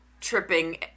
tripping